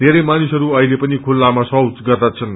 वेरै मानिसहस् अहिले पनि खुल्लामा शौच गर्दछन्